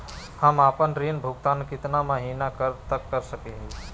हम आपन ऋण भुगतान कितना महीना तक कर सक ही?